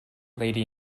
lady